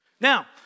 Now